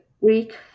Greek